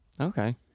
Okay